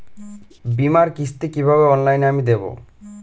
বীমার কিস্তি কিভাবে অনলাইনে আমি দেবো?